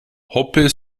hope